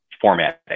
formatting